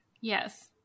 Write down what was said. Yes